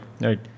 Right